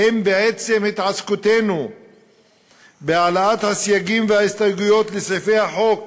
האם בעצם התעסקותנו בהעלאת הסייגים וההסתייגויות לסעיפי החוק